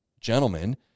gentlemen